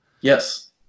Yes